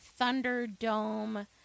Thunderdome